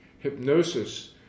hypnosis